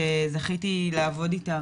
שזכיתי לעבוד איתה